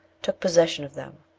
took possession of them,